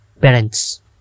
parents